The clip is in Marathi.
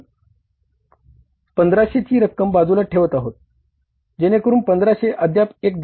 आपण 1500 ची रक्कम बाजूला ठेवत आहोत